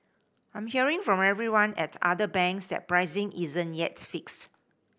I'm hearing from everyone at other banks that pricing isn't yet fixed